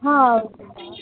हां